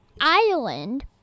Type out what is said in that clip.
island